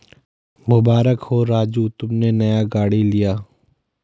मुबारक हो राजू तुमने नया गाड़ी लिया